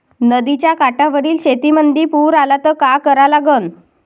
नदीच्या काठावरील शेतीमंदी पूर आला त का करा लागन?